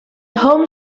home